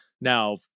now